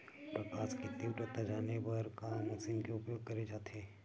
प्रकाश कि तीव्रता जाने बर का मशीन उपयोग करे जाथे?